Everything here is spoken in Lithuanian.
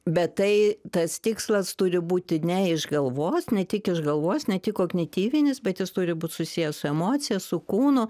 bet tai tas tikslas turi būti ne iš galvos ne tik iš galvos ne tik kognityvinis bet jis turi būt susijęs su emocija su kūnu